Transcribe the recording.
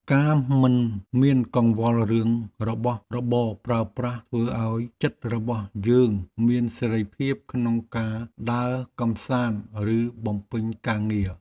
ការមិនមានកង្វល់រឿងរបស់របរប្រើប្រាស់ធ្វើឱ្យចិត្តរបស់យើងមានសេរីភាពក្នុងការដើរកម្សាន្តឬបំពេញការងារ។